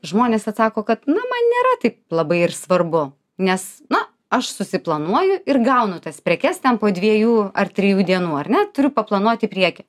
žmonės atsako kad na man nėra tai labai ir svarbu nes na aš susiplanuoju ir gaunu tas prekes ten po dviejų ar trijų dienų ar ne turiu paplanuoti į priekį